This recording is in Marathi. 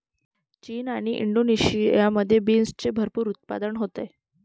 चीन आणि इंडोनेशियामध्ये बीन्सचे भरपूर उत्पादन होते